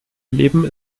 erleben